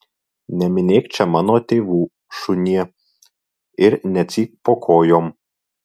neminėk čia mano tėvų šunie ir necypk po kojom